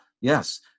yes